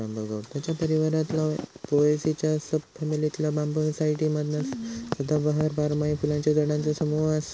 बांबू गवताच्या परिवारातला पोएसीच्या सब फॅमिलीतला बांबूसाईडी मधला सदाबहार, बारमाही फुलांच्या झाडांचा समूह असा